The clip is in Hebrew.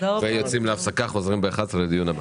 יוצאים להפסקה וחוזרים בשעה 11:0 לדיון הבא.